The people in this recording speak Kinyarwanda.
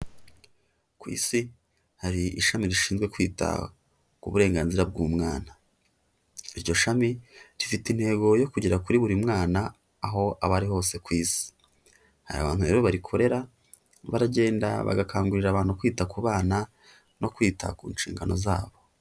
Ku isi hari ishami rishinzwe kwita ku burenganzira bw'umwana, iryo shami rifite intego yo kugera kuri buri mwana aho aba ari hose ku Isi, hari abantu rero barikorera baragenda bagakangurira abantu kwita ku bana no kwita ku nshingano zabo.